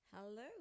Hello